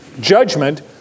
judgment